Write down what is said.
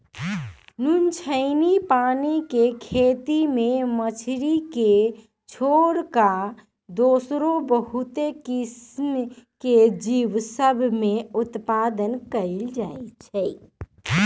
नुनछ्राइन पानी के खेती में मछरी के छोर कऽ दोसरो बहुते किसिम के जीव सभ में उत्पादन कएल जाइ छइ